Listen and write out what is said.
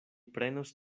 prenos